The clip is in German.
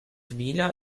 vila